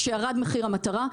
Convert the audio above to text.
כשירד מחיר המטרה,